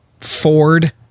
Ford